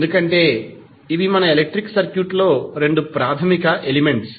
ఎందుకంటే ఇవి మన ఎలక్ట్రిక్ సర్క్యూట్లో రెండు ప్రాథమిక ఎలెమెంట్స్